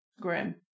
grim